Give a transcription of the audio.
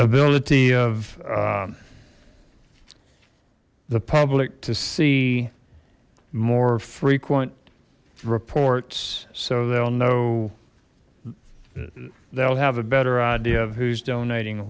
ability of the public to see more frequent reports so they'll know they'll have a better idea of who's donating